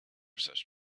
such